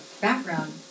background